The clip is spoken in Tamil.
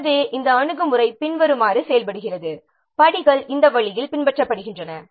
எனவே இந்த அணுகுமுறை பின்வருமாறு செயல்படுகிறது படிகள் இந்த வழியில் பின்பற்றப்படுகின்றன